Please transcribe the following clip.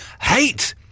hate